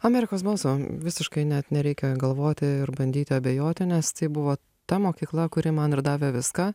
amerikos balso visiškai net nereikia galvoti ir bandyti abejoti nes tai buvo ta mokykla kuri man ir davė viską